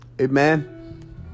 amen